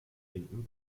linken